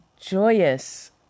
joyous